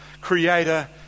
creator